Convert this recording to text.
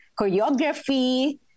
choreography